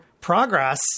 progress